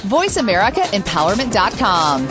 VoiceAmericaEmpowerment.com